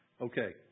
Okay